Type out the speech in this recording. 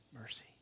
mercy